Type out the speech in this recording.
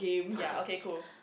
ya okay cool